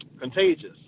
contagious